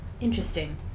Interesting